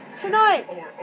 Tonight